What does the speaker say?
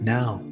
now